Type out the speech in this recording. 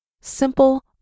simple